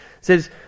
says